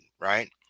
right